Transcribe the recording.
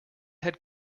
had